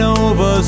over